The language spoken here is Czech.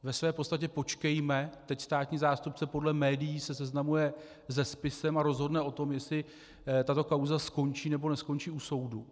Ve své podstatě počkejme, teď se státní zástupce podle médií seznamuje se spisem a rozhodne o tom, jestli tato kauza skončí, nebo neskončí u soudu.